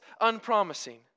unpromising